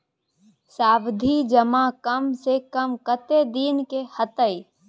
सावधि जमा कम से कम कत्ते दिन के हते?